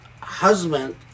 husband